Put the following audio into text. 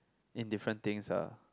in different things ah